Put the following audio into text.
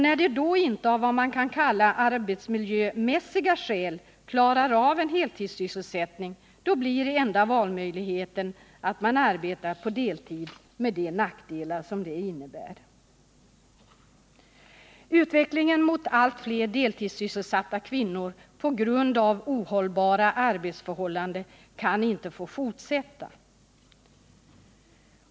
När de då inte av vad man kan kalla arbetsmiljömässiga skäl klarar av en heltidssysselsättning blir enda valmöjligheten att de arbetar på deltid med de nackdelar som det innebär. Utvecklingen mot allt fler deltidssysselsatta kvinnor på grund av ohållbara arbetsförhållanden kan inte få fortsätta.